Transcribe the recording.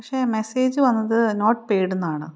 പക്ഷെ മെസ്സേജ് വന്നത് not paid എന്നാണ്